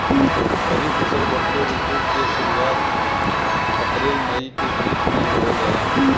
खरीफ फसल वषोॅ ऋतु के शुरुआत, अपृल मई के बीच में बोवल जाला